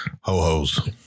Ho-hos